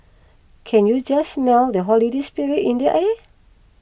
can you just smell the holiday spirit in the air